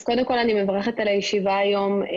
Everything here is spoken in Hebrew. אני מברכת על הישיבה היום.